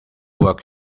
work